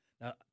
Now